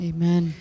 Amen